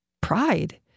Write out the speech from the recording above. pride